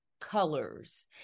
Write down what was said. colors